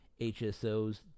HSOs